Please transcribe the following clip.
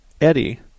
Eddie